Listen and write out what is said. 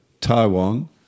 Taiwan